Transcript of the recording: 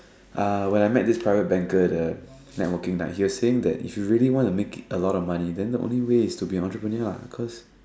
uh when I met this private banker at the networking night he was saying that if you really want to make a lot of money then the only way is to be entrepreneur [what] cause